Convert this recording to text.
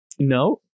no